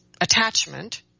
attachment